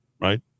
right